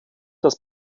das